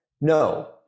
No